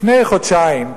לפני חודשיים,